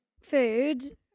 food